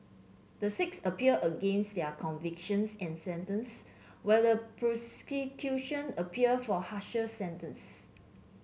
the six appealed against their convictions and sentence while the appealed for harsher sentence